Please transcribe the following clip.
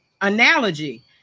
analogy